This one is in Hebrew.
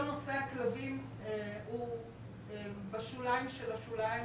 נושא הכלבים הוא בשוליים של השוליים